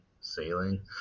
sailing